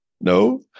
No